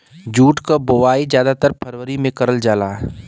jute क बोवाई जादातर फरवरी में करल जाला